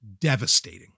devastating